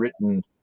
written